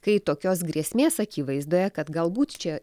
kai tokios grėsmės akivaizdoje kad galbūt čia